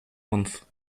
month